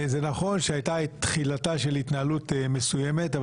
זה נכון שהייתה בהתחלה התנהלות מסוימת,